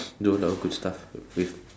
do a lot of good stuff with